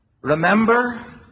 remember